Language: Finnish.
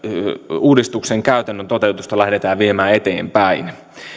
uudistuksen käytännön toteutusta lähdetään viemään eteenpäin